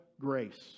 grace